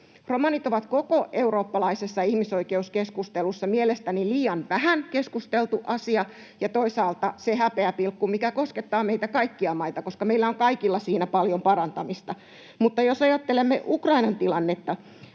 Romanit ovat koko eurooppalaisessa ihmisoikeuskeskustelussa mielestäni liian vähän keskusteltu asia ja toisaalta se häpeäpilkku, mikä koskettaa meitä kaikkia maita, koska meillä on kaikilla siinä paljon parantamista, mutta jos ajattelemme Ukrainan tilannetta,